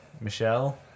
Michelle